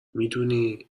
میدونی